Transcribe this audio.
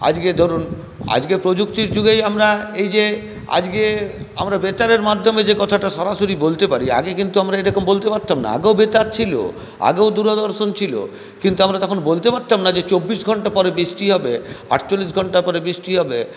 আজকে ধরুন আজকে প্রযুক্তির যুগেই আমরা এই যে আজকে আমরা বেতারের মাধ্যমে যে কথাটা সরাসরি বলতে পারি আগে কিন্তু আমরা এরকম বলতে পারতাম না আগেও বেতার ছিল আগেও দূরদর্শন ছিল কিন্তু আমরা তখন বলতে পারতাম না যে চব্বিশ ঘন্টা পরে বৃষ্টি হবে আটচল্লিশ ঘন্টা পরে বৃষ্টি হবে